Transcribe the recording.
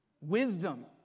Wisdom